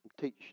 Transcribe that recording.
Teach